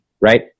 right